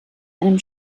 einem